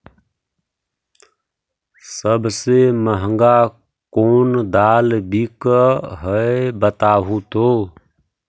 सबसे महंगा कोन दाल बिक है बताहु तो?